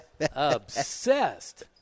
Obsessed